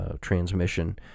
transmission